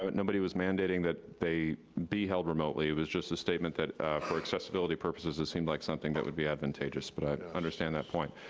um nobody was mandating that they be held remotely. it was just a statement that for accessibility purposes, it seemed like something that would be advantageous, but i understand that point.